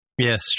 Yes